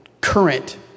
current